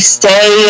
stay